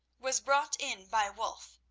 was brought in by wulf.